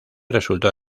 resultó